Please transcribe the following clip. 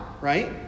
right